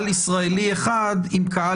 אוסיף משפט אחד -- בבקשה.